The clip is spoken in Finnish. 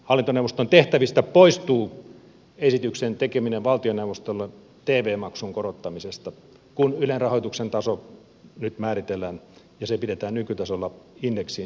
hallintoneuvoston tehtävistä poistuu esityksen tekeminen valtioneuvostolle tv maksun korottamisesta kun ylen rahoituksen taso nyt määritellään ja se pidetään nykytasolla indeksiin sitomisen avulla